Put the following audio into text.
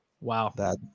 Wow